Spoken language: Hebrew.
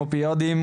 אופיאודים,